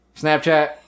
Snapchat